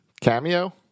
Cameo